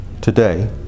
today